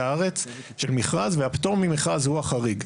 הארץ של מכרז והפטור ממכרז הוא החריג.